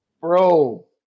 Bro